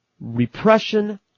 Repression